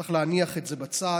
צריך להניח את זה בצד